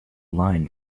line